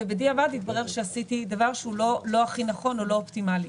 ובדיעבד התברר שעשיתי דבר שהוא לא הכי נכון או לא אופטימלי.